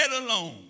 alone